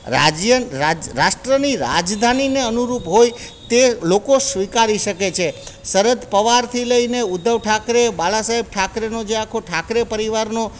રાજ્ય રાષ્ટ્રની રાજધાનીને અનુરૂપ હોય તે લોકો સ્વીકારી શકે છે શરદ પવારથી લઈને ઉદ્ધવ ઠાકરે બાળા સાહેબ ઠાકરેનો જે આખો ઠાકરે પરિવારનો